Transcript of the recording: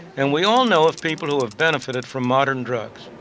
and we all know of people who have benefited from modern drugs.